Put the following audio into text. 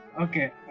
Okay